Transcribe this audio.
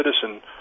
citizen